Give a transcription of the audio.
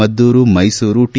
Maddur Mysuru T